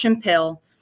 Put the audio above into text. pill